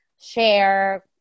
share